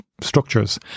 structures